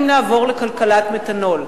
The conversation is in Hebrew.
אם נעבור לכלכלת מתנול.